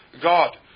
God